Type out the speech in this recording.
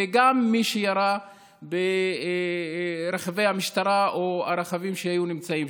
וגם מי שירה ברכבי המשטרה או הרכבים שהיו שם.